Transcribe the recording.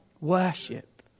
Worship